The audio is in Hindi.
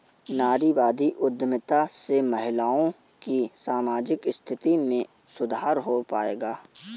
नारीवादी उद्यमिता से महिलाओं की सामाजिक स्थिति में सुधार हो पाएगा?